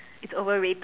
it's overrated